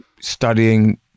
studying